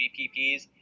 GPPs